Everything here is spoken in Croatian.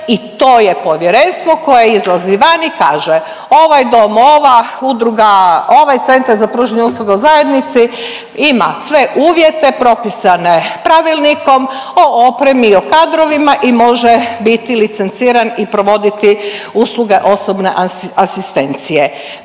i to je povjerenstvo koje izlazi van i kaže ovaj dom, ova udruga, ovaj Centar za pružanje usluga u zajednici ima sve uvjete propisane Pravilnikom o opremi i o kadrovima i može biti licenciran i provoditi usluge osobne asistencije.